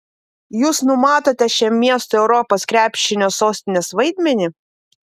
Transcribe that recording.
jūs numatote šiam miestui europos krepšinio sostinės vaidmenį